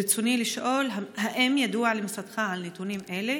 רצוני לשאול: 1. האם ידוע למשרדך על נתונים אלה?